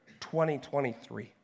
2023